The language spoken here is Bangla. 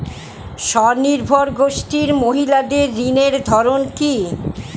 স্বনির্ভর গোষ্ঠীর মহিলাদের ঋণের ধরন কি?